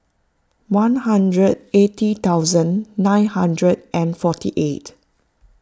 one hundred eighty thousand nine hundred and forty eight